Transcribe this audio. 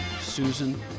Susan